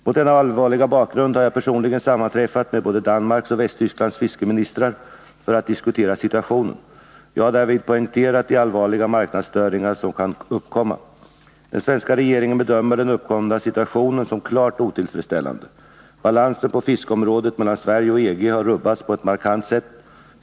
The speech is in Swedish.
Mot denna allvarliga bakgrund har jag personligen sammanträffat med både Danmarks och Västtysklands fiskeriministrar för att diskutera situationen. Jag har därvid poängterat de allvarliga marknadsstörningar som kan uppkomma. Den svenska regeringen bedömer den uppkomna situationen som klart otillfredsställande. Balansen på fiskeområdet mellan Sverige och EG har rubbats på ett markant sätt.